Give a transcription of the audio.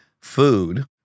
food